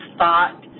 thought